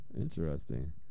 interesting